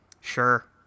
Sure